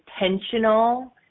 intentional